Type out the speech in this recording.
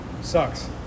Sucks